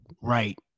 right